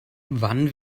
wann